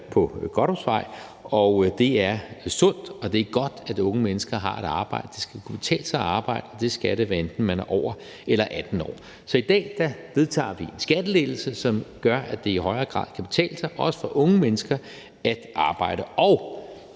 på Godthåbsvej, og det er sundt og godt, at unge mennesker har et arbejde. Det skal kunne betale sig at arbejde, og det skal det, hvad enten man er 18 år eller derover. Så i dag vedtager vi en skattelettelse, som gør, at det i højere grad kan betale sig, også for unge mennesker, at arbejde, og